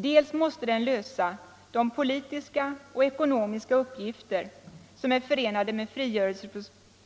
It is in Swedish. Dels måste den lösa de politiska och ekonomiska uppgifter som är förenade med